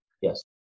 yes